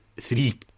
three